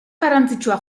garrantzitsua